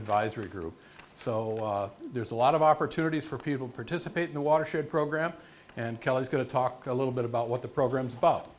advisory group so there's a lot of opportunities for people to participate in a watershed program and kelly is going to talk a little bit about what the program's about